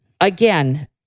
Again